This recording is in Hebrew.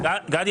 גדי,